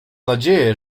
nadzieję